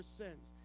sins